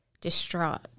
distraught